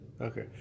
Okay